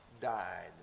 died